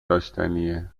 داشتنیه